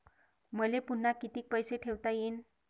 मले पुन्हा कितीक पैसे ठेवता येईन?